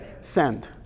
Send